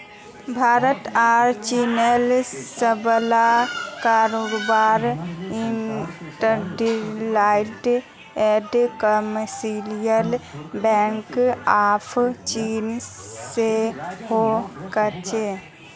भारत आर चीनेर सबला कारोबार industrial and commercial bank of China स हो छेक